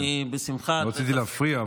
לא רציתי להפריע,